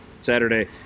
Saturday